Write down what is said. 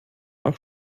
auch